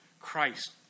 Christ